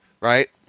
Right